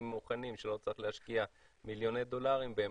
מוכנים שלא צריך להשקיע מיליוני דולרים בהם,